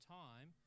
time